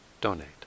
donate